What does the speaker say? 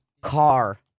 car